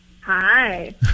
Hi